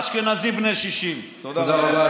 אשכנזים בני 60. תודה רבה.